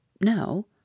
No